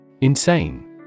insane